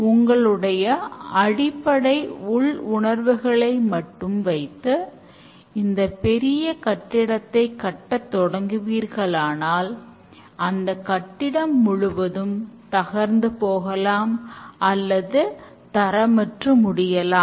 உங்களுடைய அடிப்படை உள் உணர்வுகளை மட்டும் வைத்து இந்தப் பெரிய கட்டிடத்தைக் கட்டத் தொடங்குவீர்களானால் அந்தக் கட்டிடம் முழுவதும் தகர்ந்து போகலாம் அல்லது தரமற்று முடியலாம்